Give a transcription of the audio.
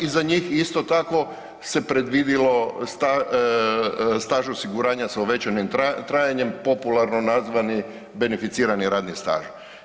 I za njih isto tako se predvidjelo staž osiguranja sa uvećanim trajanjem popularno nazvani beneficirani radni staž.